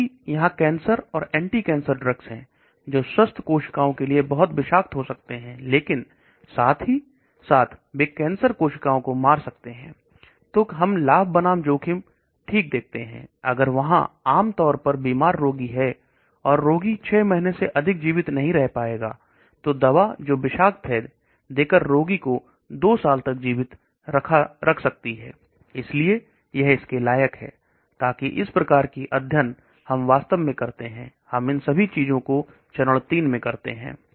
क्योंकि यहां कैंसर और एंटीकैंसर ड्रग्स हैं दो स्वस्थ कोशिकाओं के लिए बहुत विषाक्त हो सकते हैं लेकिन साथ ही साथ देख कैंसर कोशिकाओं को मार सकते हैं तो हम लाभ बनाम जोखिम ठीक से देखते हैं अगर वहां आम तौर पर मौत हो गई है और रोगी 6 महीने से अधिक जीवित नहीं रह पाएगा तो दवा जो विषाक्त है देकर रोगी को 2 साल तक जीवित रखा जा सकता है इसलिए यह इसके लायक है ताकि इस प्रकार की अध्ययन हम वास्तव में करते हैं हम इन सभी चीजों को चरण 3 में देखते हैं